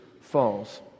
falls